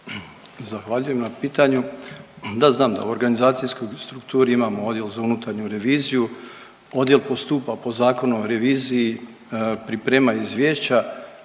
Zahvaljujem na pitanju. Da znam da u organizacijskom strukturi imamo odjel za unutarnju reviziju, odjel postupa po Zakonu o reviziji, priprema izvješća,